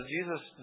Jesus